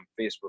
Facebook